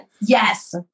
Yes